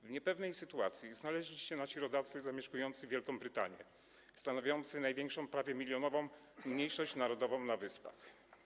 W niepewnej sytuacji znaleźli się nasi rodacy zamieszkujący Wielką Brytanię, stanowiący największą, bo prawie milionową, mniejszość narodową na Wyspach.